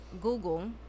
Google